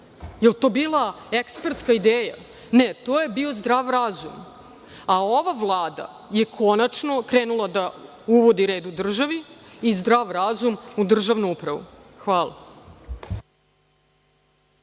li je to bila ekspertska ideja? Ne, to je bio zdrav razum. Ova Vlada je konačno krenula da uvodi red u državi i zdrav razum u državnu upravu. Hvala.